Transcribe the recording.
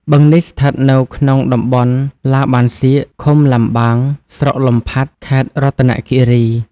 បឹងនេះស្ថិតនៅក្នុងតំបន់ឡាបានសៀក ឃុំឡាំងបាង ស្រុកលំផាត់ ខេត្តរតនគិរី។